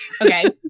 okay